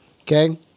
Okay